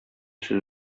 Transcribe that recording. сүз